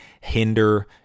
hinder